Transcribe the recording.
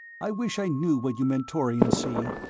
i wish i knew what you mentorians see!